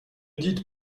dites